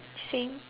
thing